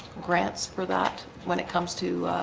grants for that when it comes to